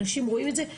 אנשים רואים את זה.